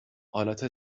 آلت